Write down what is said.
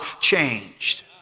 changed